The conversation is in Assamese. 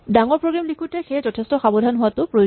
ডাঙৰ প্ৰগ্ৰেম লিখোতে সেয়েহে যথেষ্ঠ সাৱধান হোৱাটো প্ৰয়োজন